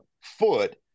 foot